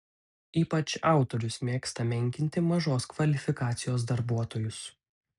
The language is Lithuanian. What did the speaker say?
ypač autorius mėgsta menkinti mažos kvalifikacijos darbuotojus